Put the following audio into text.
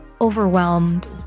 overwhelmed